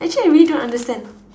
actually I really don't understand